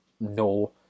no